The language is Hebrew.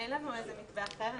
אין לנו איזה מתווה אחר.